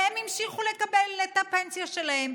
והם המשיכו לקבל את הפנסיה שלהם.